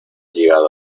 llegado